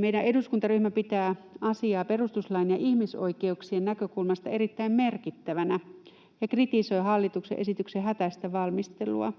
”Meidän eduskuntaryhmämme pitää asiaa perustuslain ja ihmisoikeuksien näkökulmasta erittäin merkittävänä ja kritisoi hallituksen esityksen hätäistä valmistelua.